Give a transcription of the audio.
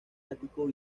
ático